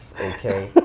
okay